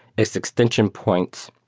it's extension points.